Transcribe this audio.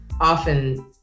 often